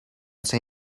say